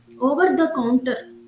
over-the-counter